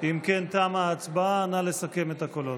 אם כן, תמה ההצבעה, נא לסכם את הקולות.